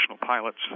pilots